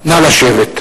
לשבת.